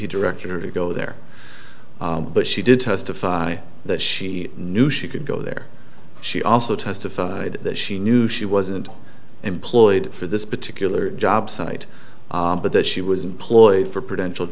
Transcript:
he directed her to go there but she did testify that she knew she could go there she also testified that she knew she wasn't employed for this particular job site but that she was employed for potential